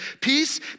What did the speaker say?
peace